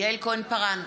יעל כהן-פארן,